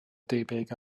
debyg